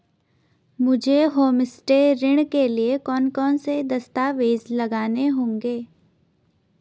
मुझे होमस्टे ऋण के लिए कौन कौनसे दस्तावेज़ लगाने होंगे?